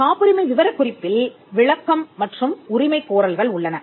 காப்புரிமை விவரக் குறிப்பில் விளக்கம் மற்றும் உரிமை கோரல்கள் உள்ளன